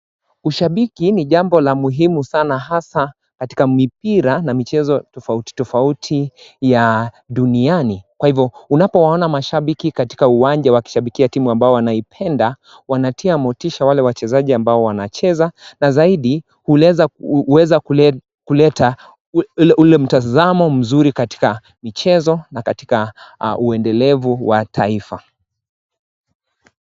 Ushabiki ni jambo la muhimu sana hasa katika mipira na michezo tofautitofauti ya duniani, kwa hivyo unapowaona mashabiki katika uwanja wakishabikia timu ambayo wanaipenda wanatia motisha wale wachezaji ambao wanacheza na zaidi hueza kuleta ule mtazamo mzuri katika michezo na katika uendelevu wa taifa.